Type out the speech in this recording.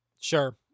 Sure